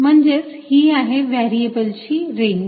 म्हणजेच ही आहे या व्हॅरिएबल्सची रेंज